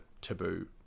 taboo